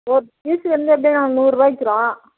ஒரு பீஸ்ஸு வந்து எப்படியும் நாங்கள் நூறுரூவா விற்கிறோம்